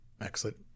Excellent